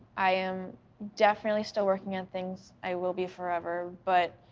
i am definitely still working on things. i will be forever, but